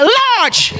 large